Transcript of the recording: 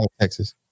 Texas